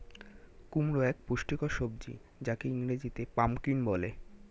কুমড়ো এক পুষ্টিকর সবজি যাকে ইংরেজিতে পাম্পকিন বলে